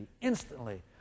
Instantly